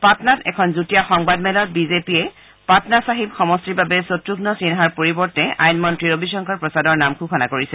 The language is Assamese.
পাটনাত এখন যুটীয়া সংবাদ মেলত বিজেপিয়ে পাটনা চাহিব সমষ্টিৰ বাবে শক্ৰঘ্ম সিন্হাৰ পৰিৱৰ্তে আইন মন্ত্ৰী ৰবিশংকৰ প্ৰসাদৰ নাম ঘোষণা কৰিছে